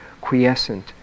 quiescent